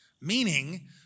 meaning